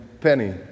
Penny